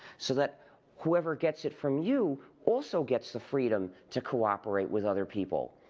so that whoever gets it from you also gets the freedom to cooperate with other people,